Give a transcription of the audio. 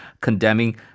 condemning